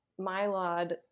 Mylod